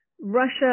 Russia